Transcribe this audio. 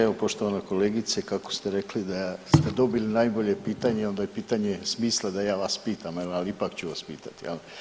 Evo poštovana kolegice kako ste rekli da ste dobili najbolje pitanje onda je pitanje smisla da ja vas pitam, ali evo ipak ću vas pitat.